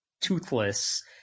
toothless